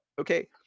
okay